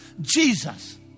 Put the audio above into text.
Jesus